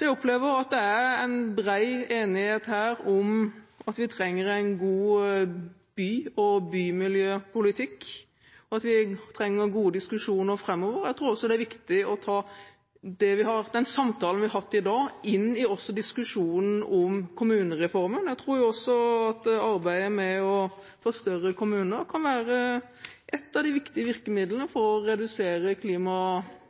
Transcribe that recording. Jeg opplever at det er en bred enighet her om at vi trenger en god by- og bymiljøpolitikk, og at vi trenger gode diskusjoner framover. Jeg tror også det er viktig å ta den samtalen vi har hatt i dag, inn i diskusjonen om Kommunereformen. Arbeidet med å få større kommuner kan være et av de viktige virkemidlene for å